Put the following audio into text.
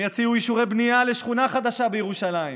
הם יציעו אישורי בנייה לשכונה חדשה בירושלים